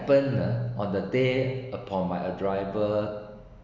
happened ah on the day upon my arrival